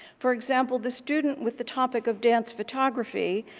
for example, the student with the topic of dance photography,